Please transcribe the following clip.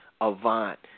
Avant